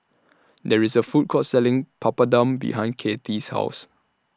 There IS A Food Court Selling Papadum behind Kathy's House